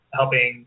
helping